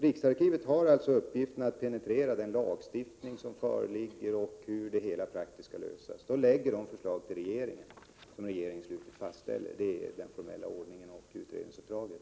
Riksarkivet har alltså i uppgift att penetrera den lagstiftning som föreligger och att undersöka hur det hela praktiskt skall lösas. Därefter lägger riksarkivet fram ett förslag, som regeringen slutligen fastställer. Det är utredningsuppdraget och den formella ordningen.